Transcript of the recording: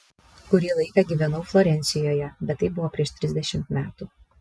kurį laiką gyvenau florencijoje bet tai buvo prieš trisdešimt metų